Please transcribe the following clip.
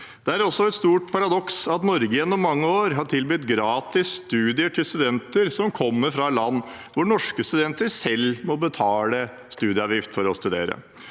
Det er også et stort paradoks at Norge gjennom mange år har tilbudt gratis studier til studenter som kommer fra land hvor norske studenter selv må betale studieavgift for å studere.